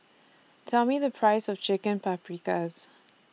Tell Me The Price of Chicken Paprikas